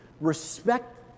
respect